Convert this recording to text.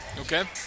Okay